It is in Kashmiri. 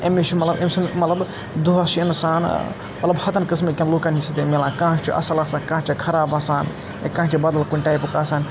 تٔمِس چھِ مطلب أمۍ سُنٛد مَطلَب دۄہ چِھ اِنسان مَطلَب ہَتَن قٕسمہٕ کؠن لُکن سۭتۍ میلان کانٛہہ چھُ اَصٕل آسان کانٛہہ چھِ خراب آسان یا کانٛہہ چھِ بَدل کُنہِ ٹایِپُک آسان